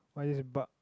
why this a bug